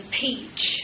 peach